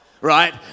right